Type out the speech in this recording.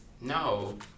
no